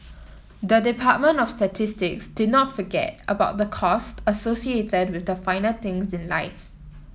the Department of Statistics did not forget about the costs associated with the finer things in life